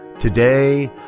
Today